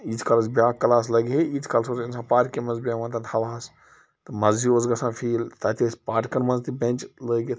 ییٖتِس کالَس بیٛاکھ کلاس لَگہِ ہا تیٖتِس کالَس اوس اِنسان پارکہِ منٛز بیٚہوان تَتھ ہَوا ہَس تہٕ مَزٕ ہیٛو اوس گژھان فیٖل تَتہِ ٲسۍ پارکَن منٛز تہِ بیٚنٛچ لٲگِتھ